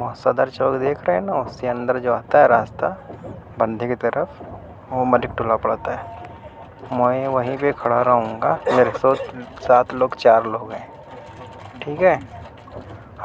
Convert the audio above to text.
وہاں صدر چوک دیکھ رہے ہیں نا وہاں سے اندر جو آتا ہے راستہ بندھے کی طرف وہ ملک ٹولہ پڑتا ہے میں وہیں پہ کھڑا رہوں گا میرے سو سات لوگ چار لوگ ہیں ٹھیک ہے